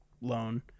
loan